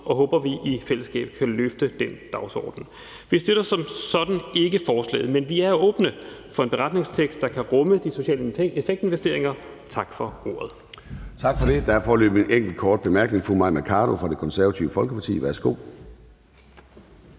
og håber, at vi i fællesskab kan løfte den dagsorden. Vi støtter som sådan ikke forslaget, men vi er åbne for en beretningstekst, der kan rumme social effekt-investeringer. Tak for ordet.